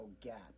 gap